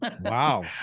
Wow